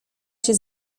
się